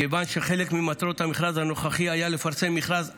כיוון שחלק ממטרות המכרז הנוכחי היו לפרסם מכרז אחוד,